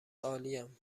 عالیم